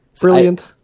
Brilliant